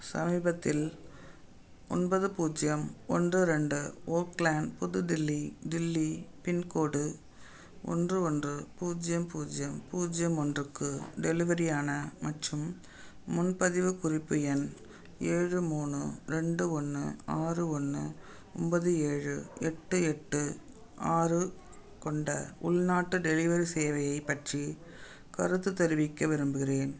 சமீபத்தில் ஒன்பது பூஜ்ஜியம் ஒன்று ரெண்டு ஓக்லேன் புது தில்லி தில்லி பின்கோடு ஒன்று ஒன்று பூஜ்ஜியம் பூஜ்ஜியம் பூஜ்ஜியம் ஒன்றுக்கு டெலிவரியான மற்றும் முன்பதிவு குறிப்பு எண் ஏழு மூணு ரெண்டு ஒன்று ஆறு ஒன்று ஒன்பது ஏழு எட்டு எட்டு ஆறுக் கொண்ட உள்நாட்டு டெலிவரி சேவையைப் பற்றி கருத்து தெரிவிக்க விரும்புகிறேன்